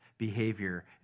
behavior